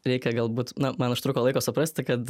reikia galbūt na man užtruko laiko suprasti kad